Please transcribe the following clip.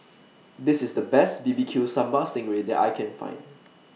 This IS The Best B B Q Sambal Sting Ray that I Can Find